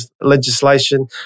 legislation